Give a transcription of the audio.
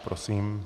Prosím.